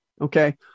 Okay